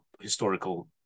historical